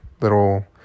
little